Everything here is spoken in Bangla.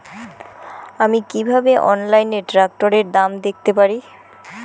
আমি কিভাবে অনলাইনে ট্রাক্টরের দাম দেখতে পারি?